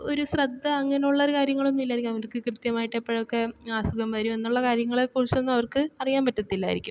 ഒരു ശ്രദ്ധ അങ്ങനെയുള്ള ഒരു കാര്യങ്ങളൊന്നും ഇല്ലായിരിക്കും അവർക്ക് കൃത്യമായിട്ട് എപ്പോഴൊക്കെ അസുഖം വരും എന്നുള്ള കാര്യങ്ങളെ കുറിച്ചൊന്നും അവർക്ക് അറിയാൻ പറ്റത്തില്ലായിരിക്കും